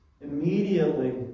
immediately